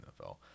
NFL